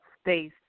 space